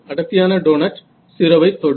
அடர்த்தியான டோனட் 0 வை தொடும்